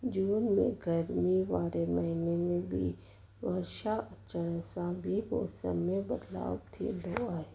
जून में गर्मी वारे महिने में बि वर्षा अचण सां बि मौसम में बदलाव थींदो आहे